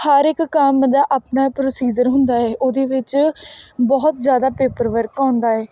ਹਰ ਇੱਕ ਕੰਮ ਦਾ ਆਪਣਾ ਪ੍ਰੋਸੀਜਰ ਹੁੰਦਾ ਹੈ ਉਹਦੇ ਵਿੱਚ ਬਹੁਤ ਜ਼ਿਆਦਾ ਪੇਪਰ ਵਰਕ ਆਉਂਦਾ ਹੈ